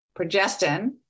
progestin